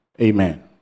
amen